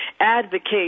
advocate